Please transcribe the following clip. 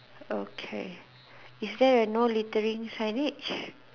okay is there a no littering signage